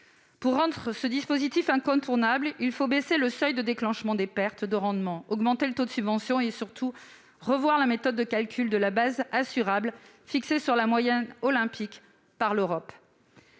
Pour rendre ce dispositif incontournable, il faut baisser le seuil de déclenchement des pertes de rendement, augmenter le taux de subvention et, surtout, revoir la méthode de calcul de la base assurable fixée sur une moyenne olympique par l'Europe.